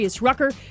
Rucker